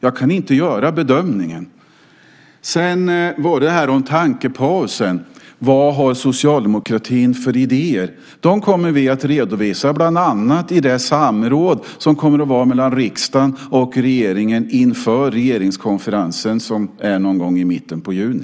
Jag kan inte göra bedömningen. Sedan handlade det om tankepausen och vad socialdemokratin har för idéer. De kommer vi att redovisa bland annat i det samråd som kommer att vara mellan riksdagen och regeringen inför regeringskonferensen som är någon gång i mitten av juni.